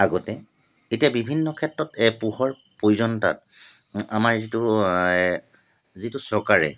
আগতে এতিয়া বিভিন্ন ক্ষেত্ৰত এ পোহৰ প্ৰয়োজনীয়তাত আমাৰ যিটো যিটো চৰকাৰে